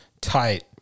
tight